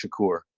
Shakur